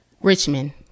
Richmond